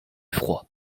froid